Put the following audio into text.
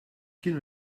kienu